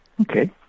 Okay